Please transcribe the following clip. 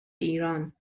ایران